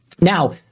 Now